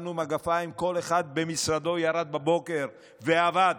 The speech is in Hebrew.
שמנו מגפיים, כל אחד במשרדו ירד בבוקר ועבד.